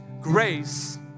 Grace